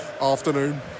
afternoon